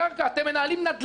אתם מנהלים מנדל"ן,